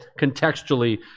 contextually